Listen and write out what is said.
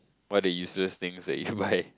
what are the useless things that you buy